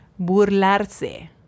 Burlarse